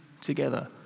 together